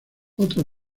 otra